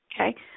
Okay